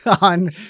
on